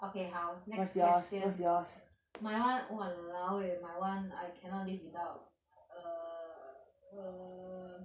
okay 好 next question my [one] !walao! eh my [one] I cannot live without err err